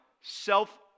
self